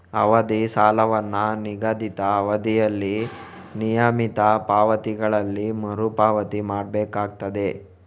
ಅವಧಿ ಸಾಲವನ್ನ ನಿಗದಿತ ಅವಧಿಯಲ್ಲಿ ನಿಯಮಿತ ಪಾವತಿಗಳಲ್ಲಿ ಮರು ಪಾವತಿ ಮಾಡ್ಬೇಕಾಗ್ತದೆ